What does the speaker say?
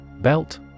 Belt